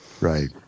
Right